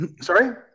sorry